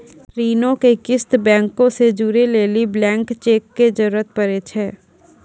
ऋणो के किस्त बैंको से जोड़ै लेली ब्लैंक चेको के जरूरत पड़ै छै